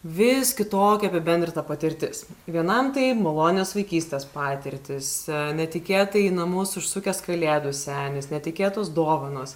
vis kitokia apibendryta patirtis vienam tai malonios vaikystės patirtys netikėtai į namus užsukęs kalėdų senis netikėtos dovanos